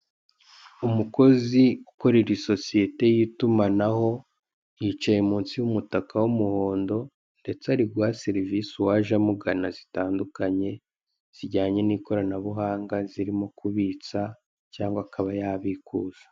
Umukozi ukorera isosiyete y'itumanaho, yicaye munsi y'umutaka w'umuhondo, ndetse ari guha serivise uwaje amugana zitandukanye, zijyanye n'ikoranabuhanga zirimo kubitsa, cyangwa akaba yabikuza.